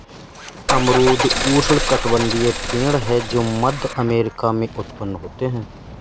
अमरूद उष्णकटिबंधीय पेड़ है जो मध्य अमेरिका में उत्पन्न होते है